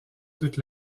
toute